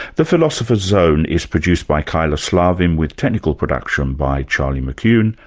the philosopher's zone is produced by kyla slaven with technical production by charlie mckune.